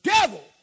devil